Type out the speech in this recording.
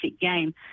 game